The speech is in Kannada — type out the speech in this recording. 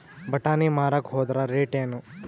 ಬಟಾನಿ ಮಾರಾಕ್ ಹೋದರ ರೇಟೇನು?